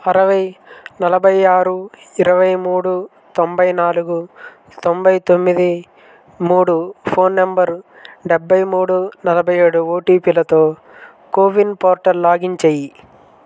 అరవై నలభై ఆరు ఇరవై మూడు తొంభై నాలుగు తొంభై తొమ్మిది మూడు ఫోన్ నంబర్ డెబ్భై మూడు నలభై ఏడు ఓటీపీలతో కో విన్ పోర్టల్ లాగిన్ చేయి